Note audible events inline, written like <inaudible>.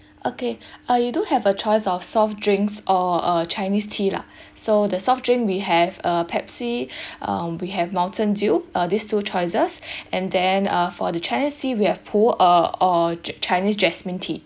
okay <breath> uh you do have a choice of soft drinks uh err chinese tea lah <breath> so the soft drink we have uh pepsi <breath> um we have mountain dew uh these two choices <breath> and then uh for the chinese tea we have 普洱 or chinese jasmine tea